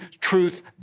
truth